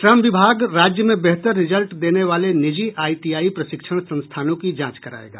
श्रम विभाग राज्य में बेहतर रिजल्ट देने वाले निजी आईटीआई प्रशिक्षण संस्थानों की जांच करायेगा